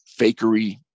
fakery